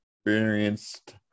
experienced